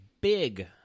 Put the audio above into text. big